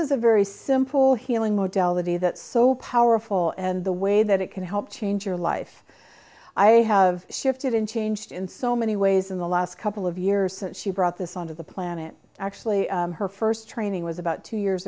is a very simple healing modalities that so powerful and the way that it can help change your life i have shifted and changed in so many ways in the last couple of years that she brought this on to the planet actually her first training was about two years